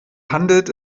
handelt